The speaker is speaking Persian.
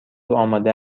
آماده